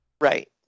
Right